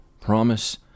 promise